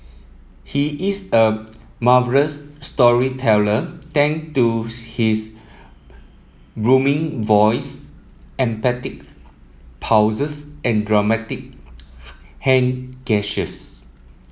he is a marvellous storyteller thank to his booming voice emphatic pauses and dramatic hand gestures